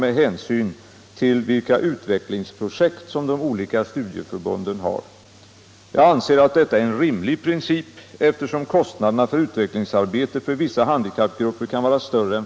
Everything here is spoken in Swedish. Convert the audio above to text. Det finns emellertid ingen överensstämmelse mellan studieförbundens verksamhet bland handikappade och resp. förbunds statsbidrag för verksamheten.